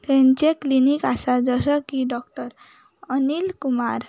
तेंचे क्लिनीक आसा जसो की डॉक्टर अनिल कुमार